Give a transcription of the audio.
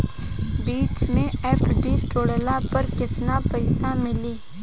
बीच मे एफ.डी तुड़ला पर केतना पईसा मिली?